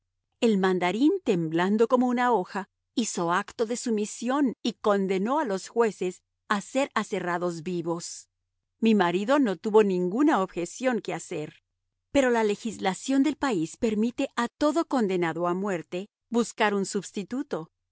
el mandarín temblando como una hoja hizo acto de sumisión y condenó a los jueces a ser aserrados vivos mi marido no tuvo ninguna objeción que hacer pero la legislación del país permite a todo condenado a muerte buscar un substituto